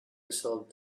resolved